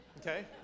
Okay